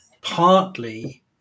partly